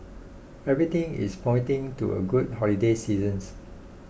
everything is pointing to a good holiday seasons